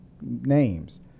names